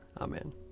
Amen